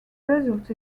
result